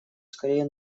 скорее